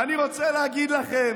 ואני רוצה להגיד לכם